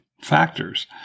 factors